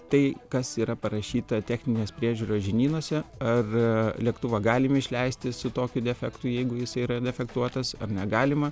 tai kas yra parašyta techninės priežiūros žinynuose ar lėktuvą galim išleisti su tokiu defektu jeigu jis yra defektuotas ar negalima